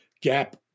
gap